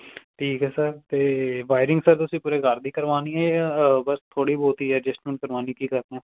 ਠੀਕ ਹੈ ਸਰ ਅਤੇ ਵਾਇਰਿੰਗ ਸਰ ਤੁਸੀਂ ਪੂਰੇ ਘਰ ਦੀ ਕਰਵਾਉਣੀ ਹੈ ਜਾਂ ਬਸ ਥੋੜੀ ਬਹੁਤੀ ਹੈ ਜਿਸ ਨੂੰ ਕਰਵਾਉਣੀ ਕੀ ਕਰਨਾ